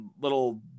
little